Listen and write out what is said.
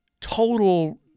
total